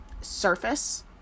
surface